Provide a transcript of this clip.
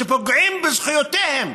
כשפוגעים בזכויותיהם.